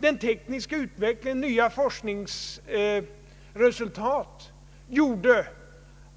Den tekniska utvecklingen, nya forskningsresultat etc., gjorde